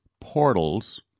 portals